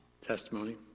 testimony